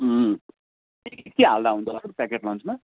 के के हाल्दा हुन्छ होला प्याकेट लन्चमा